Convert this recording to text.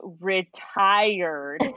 retired